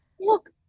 Look